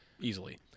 easily